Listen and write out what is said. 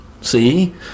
see